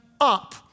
up